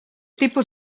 tipus